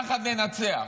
יחד ננצח.